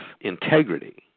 integrity